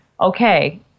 okay